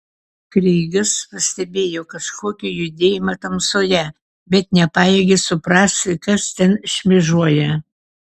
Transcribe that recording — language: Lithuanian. kreigas pastebėjo kažkokį judėjimą tamsoje bet nepajėgė suprasti kas ten šmėžuoja